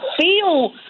feel